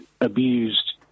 abused